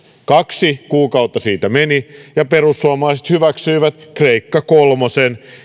kaksi kuukautta siitä meni ja perussuomalaiset hyväksyivät kreikka kolmosen